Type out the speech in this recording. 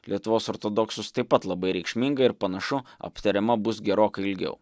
lietuvos ortodoksus taip pat labai reikšminga ir panašu aptariama bus gerokai ilgiau